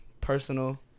Personal